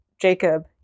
jacob